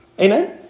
amen